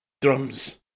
drums